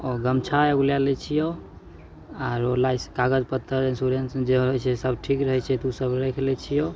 आओर गमछा एगो ले लै छिऔ आओर लाइ कागज पत्तर इन्श्योरेन्स जे होइ छै सब ठीक रहै छै तऽ ओ सब राखि लै छिऔ